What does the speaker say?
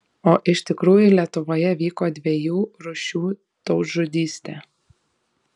o iš tikrųjų lietuvoje vyko dviejų rūšių tautžudystė